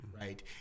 right